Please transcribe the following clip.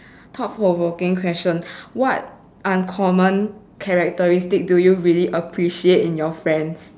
thought provoking question what uncommon characteristic do you really appreciate in your friends